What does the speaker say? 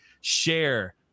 Share